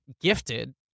gifted